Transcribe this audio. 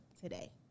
today